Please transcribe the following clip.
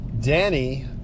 Danny